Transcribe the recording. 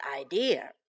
idea